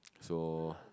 so